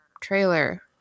trailer